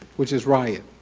which is riot.